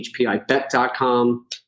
HPIBet.com